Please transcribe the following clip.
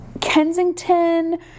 Kensington